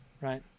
right